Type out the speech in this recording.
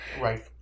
Right